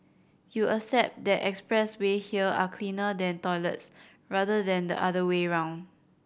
you accept that expressway here are cleaner than toilets rather than the other way around